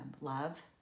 love